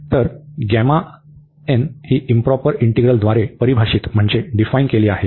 तर gamma n ही improper integral द्वारे परिभाषित केली आहे